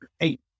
eight